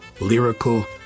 lyrical